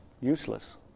useless